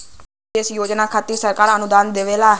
विशेष योजना खातिर सरकार अनुदान देवला